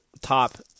top